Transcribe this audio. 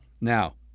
Now